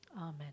Amen